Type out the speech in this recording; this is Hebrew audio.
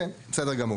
כן, בסדר גמור.